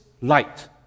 light